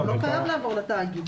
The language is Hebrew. הוא לא חייב לעבור לתאגיד.